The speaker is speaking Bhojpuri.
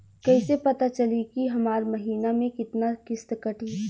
कईसे पता चली की हमार महीना में कितना किस्त कटी?